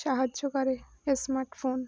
সাহায্য করে স্মার্টফোন